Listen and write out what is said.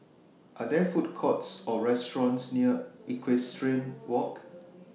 Are There Food Courts Or restaurants near Equestrian Walk